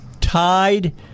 tied